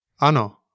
Ano